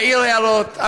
להעיר הערות,